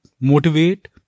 motivate